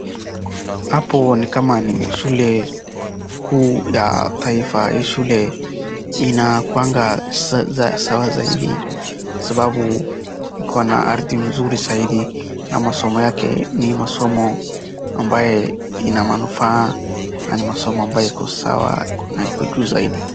Hapo ni kama shule kuu ya taifa, na inakuwanga sawa zaidi, kwa sababu iko na ardhi nzuri zaidi. Masomo yake ni yenye manufaa na ni masomo bora yenye hadhi ya juu zaidi.